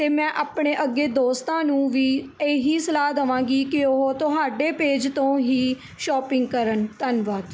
ਅਤੇ ਮੈਂ ਆਪਣੇ ਅੱਗੇ ਦੋਸਤਾਂ ਨੂੰ ਵੀ ਇਹੀ ਸਲਾਹ ਦੇਵਾਂਗੀ ਕਿ ਉਹ ਤੁਹਾਡੇ ਪੇਜ ਤੋਂ ਹੀ ਸ਼ੋਪਿੰਗ ਕਰਨ ਧੰਨਵਾਦ